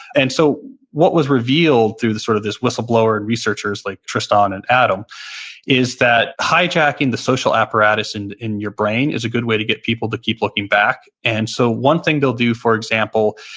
and so what was revealed through sort of this whistleblower and researchers like tristan and adam is that hijacking the social apparatus and in your brain is a good way to get people to keep looking back. and so one thing they'll do, for example,